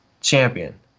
champion